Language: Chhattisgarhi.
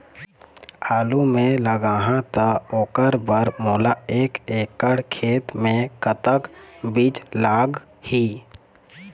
आलू मे लगाहा त ओकर बर मोला एक एकड़ खेत मे कतक बीज लाग ही?